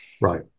Right